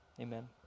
Amen